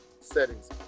settings